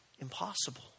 impossible